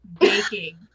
baking